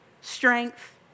strength